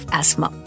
asthma